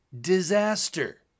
disaster